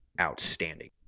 outstanding